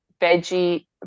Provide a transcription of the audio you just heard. veggie